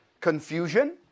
Confusion